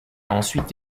ensuite